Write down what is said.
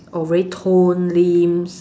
or very tone limbs